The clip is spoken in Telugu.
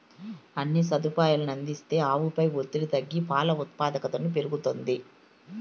అన్ని సదుపాయాలనూ అందిస్తే ఆవుపై ఒత్తిడి తగ్గి పాల ఉత్పాదకతను పెరుగుతుంది